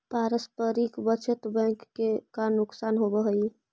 पारस्परिक बचत बैंक के का नुकसान होवऽ हइ?